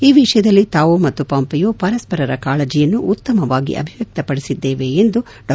ಈ ವಿಷಯದಲ್ಲಿ ತಾವು ಮತ್ತು ಪಾಂಪೆಯೊ ಪರಸ್ಪರರ ಕಾಳಜಿಯನ್ನು ಉತ್ತಮವಾಗಿ ಅಭಿವ್ಯಕ್ತಿಪಡಿಸಿದ್ದೇವೆ ಎಂದು ಡಾ